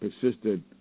persisted